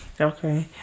Okay